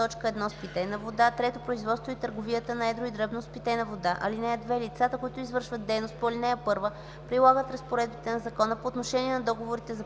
1 с питейна вода; 3. производството и търговията на едро и дребно с питейна вода. (2) Лицата, които извършват дейност по ал. 1, прилагат разпоредбите на закона по отношение на договори за